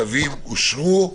הצווים אושרו.